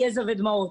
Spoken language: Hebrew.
יזע ודמעות.